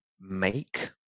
make